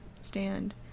stand